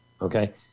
Okay